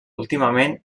últimament